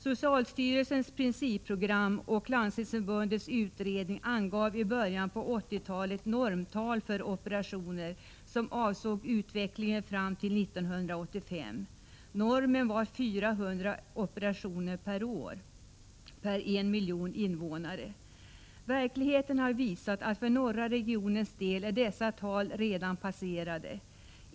Socialstyrelsens principrogram och Landstingsförbundets utredning angav i början av 1980-talet normtal för operationer, som avsåg utvecklingen fram till 1985. Normen var 400 operationer per år per miljon invånare. Verkligheten har visat att dessa tal redan är passerade för norra regionens del.